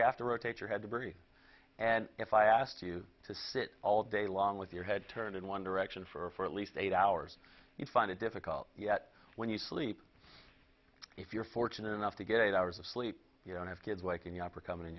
you have to rotate your head to breathe and if i asked you to sit all day long with your head turned in one direction for at least eight hours you find it difficult yet when you sleep if you're fortunate enough to get eight hours of sleep you don't have kids waking opera company in